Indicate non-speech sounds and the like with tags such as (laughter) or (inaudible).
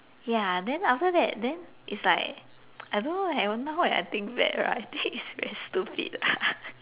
ya then after that then it's like I don't know leh now when I think back right I think it's very stupid lah (laughs)